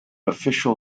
official